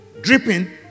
dripping